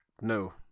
No